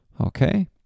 Okay